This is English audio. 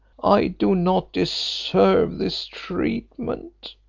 i do not deserve this treatment.